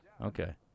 Okay